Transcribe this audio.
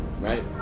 Right